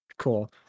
Cool